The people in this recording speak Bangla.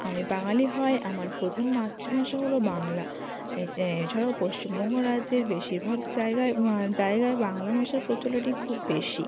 আমি বাঙালি হওয়ায় আমার প্রধান মাতৃভাষা হল বাংলা এছাড়াও পশ্চিমবঙ্গ রাজ্যের বেশিরভাগ জায়গায় জায়গায় বাংলা ভাষার প্রচলনই খুব বেশি